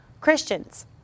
Christians